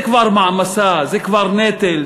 זה כבר מעמסה, זה כבר נטל.